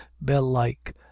bell-like